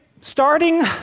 Starting